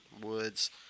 Woods